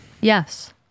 Yes